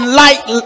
light